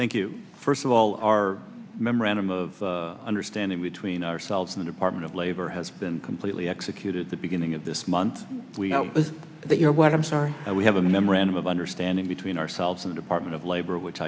country thank you first of all our memorandum of understanding between ourselves in the department of labor has been completely executed the beginning of this month is that you're what i'm sorry we have a memorandum of understanding between ourselves in the department of labor which